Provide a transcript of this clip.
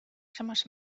samas